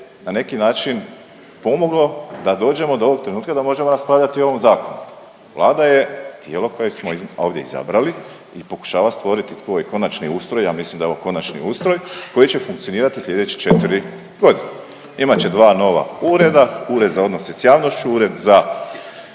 na neki način pomoglo da dođemo do ovog trenutka da možemo raspravljati o ovom zakonu. Vlada je tijelo koje smo ovdje izabrali i pokušava stvoriti tvoj konačni ustroj, ja mislim da je ovo konačni ustroj koji će funkcionirati sljedeće četiri godine. Imat će dva nova ureda, Ured za odnose s javnošću, Ured za